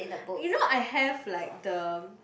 you know I have like the